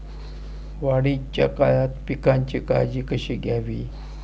वाढीच्या काळात पिकांची काळजी कशी घ्यावी?